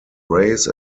race